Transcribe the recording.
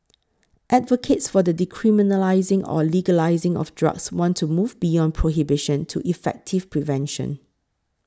advocates for the decriminalising or legalising of drugs want to move beyond prohibition to effective prevention